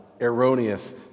erroneous